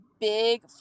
big